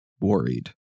worried